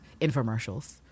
infomercials